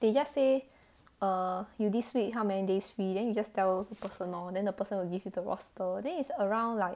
they just say err you this week how many days free then you just tell the person lor then the person will give you the roster then is around like